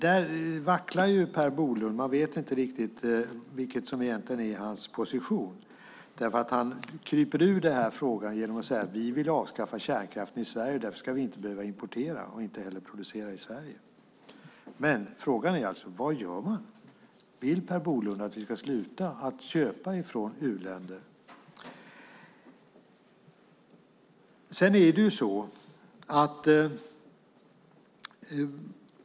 Där vacklar dock Per Bolund; vi vet inte riktigt vilken som egentligen är hans position. Han kryper nämligen ur frågan genom att säga att de vill avskaffa kärnkraften i Sverige, och därför ska vi inte behöva importera och inte heller producera i Sverige. Frågan är dock alltså: Vad gör man? Vill Per Bolund att vi ska sluta köpa ifrån u-länder?